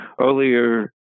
earlier